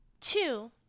Two